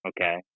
okay